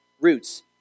roots